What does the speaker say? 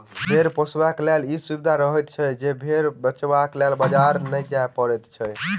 भेंड़ पोसयबलाक लेल ई सुविधा रहैत छै जे भेंड़ बेचबाक लेल बाजार नै जाय पड़ैत छै